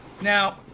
Now